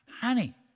honey